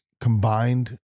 combined